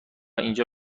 اینجا